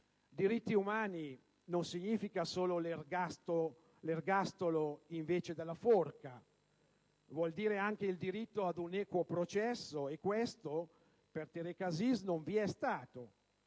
Diritti umani non significa solo ergastolo invece della forca: vuol dire anche il diritto ad un equo processo, e questo, per Tareq Aziz, non vi è stato.